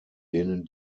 denen